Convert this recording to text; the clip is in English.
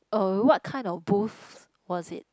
uh what kind of booth was it